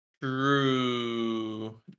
True